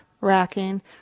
racking